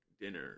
dinner